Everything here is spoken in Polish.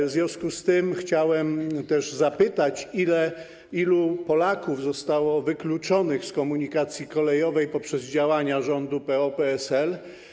W związku z tym chciałem zapytać, ilu Polaków zostało wykluczonych z komunikacji kolejowej poprzez działania rządu PO-PSL.